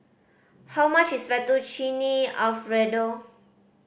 how much is Fettuccine Alfredo